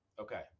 Okay